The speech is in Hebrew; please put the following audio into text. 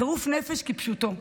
חירוף נפש כפשוטו.